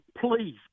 please